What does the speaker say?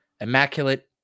immaculate